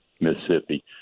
Mississippi